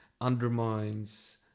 undermines